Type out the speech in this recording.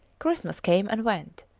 christmas came and went.